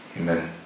Amen